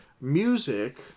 Music